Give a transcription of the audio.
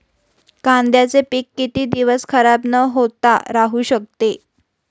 कांद्याचे पीक किती दिवस खराब न होता राहू शकते?